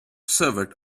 served